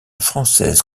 française